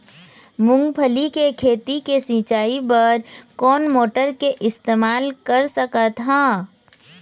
मूंगफली के खेती के सिचाई बर कोन मोटर के इस्तेमाल कर सकत ह?